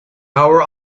our